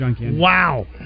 Wow